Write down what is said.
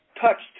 touched